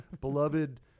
beloved